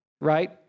right